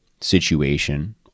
situation